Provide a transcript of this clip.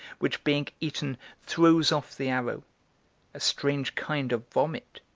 which being eaten throws off the arrow a strange kind of vomit.